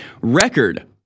record